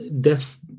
Death